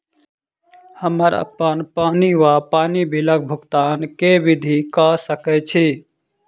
हम्मर अप्पन पानि वा पानि बिलक भुगतान केँ विधि कऽ सकय छी?